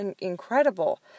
incredible